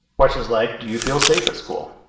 questions like, do you feel safe at school?